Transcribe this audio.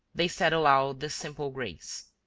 they said aloud this simple grace